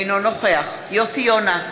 אינו נוכח יוסי יונה,